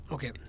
Okay